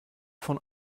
von